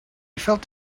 felt